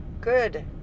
good